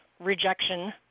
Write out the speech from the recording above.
rejection